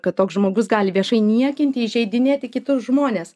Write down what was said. kad toks žmogus gali viešai niekinti įžeidinėti kitus žmones